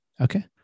Okay